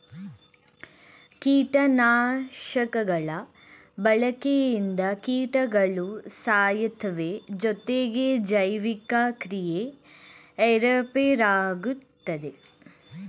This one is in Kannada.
ಕೀಟನಾಶಕಗಳ ಬಳಕೆಯಿಂದ ಕೀಟಗಳು ಸಾಯ್ತವೆ ಜೊತೆಗೆ ಜೈವಿಕ ಕ್ರಿಯೆ ಏರುಪೇರಾಗುತ್ತದೆ